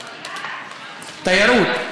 תיירות.